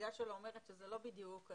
הנציגה שלהם אומרת שזה לא בדיוק.